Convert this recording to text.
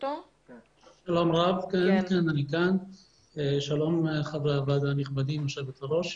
שלום רב, שלום חברי הוועדה הנכבדים, יושבת הראש.